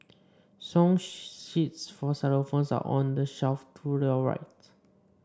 song sheets for xylophones are on the shelf to your right